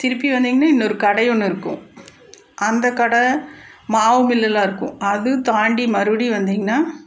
திருப்பி வந்தீங்கனா இன்னோரு கடை ஒன்று இருக்கும் அந்தக்கடை மாவு மில்லுலாம் இருக்கும் அதுவும் தாண்டி மறுபடியும் வந்தீங்கனா